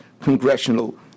congressional